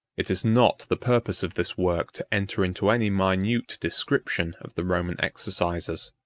it is not the purpose of this work to enter into any minute description of the roman exercises.